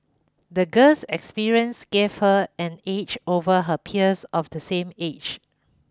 the girl's experiences gave her an edge over her peers of the same age